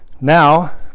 Now